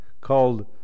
called